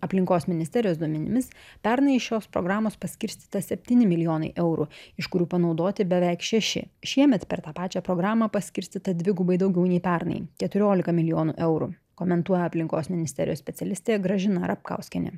aplinkos ministerijos duomenimis pernai iš šios programos paskirstyta septyni milijonai eurų iš kurių panaudoti beveik šeši šiemet per tą pačią programą paskirstyta dvigubai daugiau nei pernai keturiolika milijonų eurų komentuoja aplinkos ministerijos specialistė gražina rapkauskienė